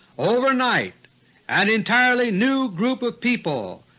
overnight an entirely new group of people,